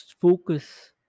Focus